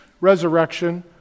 resurrection